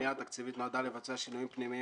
הפנייה התקציבית נועדה לבצע שינויים פנימיים